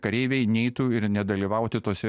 kareiviai neitų ir nedalyvauti tose